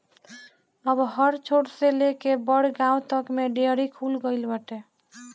अब हर छोट से लेके बड़ गांव तक में डेयरी खुल गईल बाटे